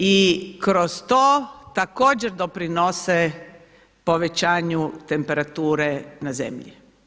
I kroz to također doprinose povećanju temperature na zemlji.